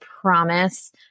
promise